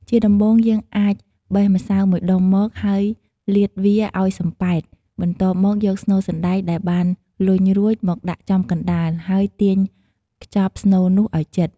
ជាដំបូង យើងអាចបេះម្សៅមួយដុំមក ហើយលាតវាឱ្យសំប៉ែត បន្ទាប់មកយកស្នូលសណ្ដែកដែលបានលញ់រួចមកដាក់ចំកណ្ដាល និងទាញខ្ចប់ស្នូលនោះឲ្យជិត។